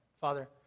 Father